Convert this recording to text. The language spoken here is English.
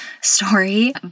story